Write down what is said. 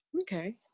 Okay